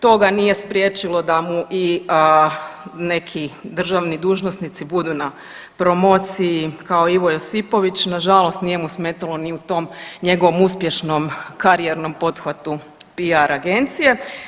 To ga nije spriječilo da mu i neki državni dužnosnici budu na promociji kao Ivo Josipović, nažalost nije mu smetalo ni u tom njegovom uspješnom karijernom pothvatu PR agencije.